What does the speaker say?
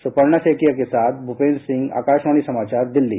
सुपर्णा सैकिया के साथ भूपेंद्र सिंह आकाशवाणी समाचार दिल्ली